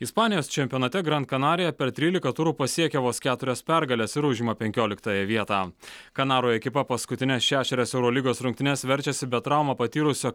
ispanijos čempionate gran kanarija per trylika turų pasiekė vos keturias pergales ir užima penkioliktąją vietą kanarų ekipa paskutines šešerias eurolygos rungtynes verčiasi be traumą patyrusio